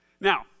Now